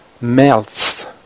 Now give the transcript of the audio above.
melts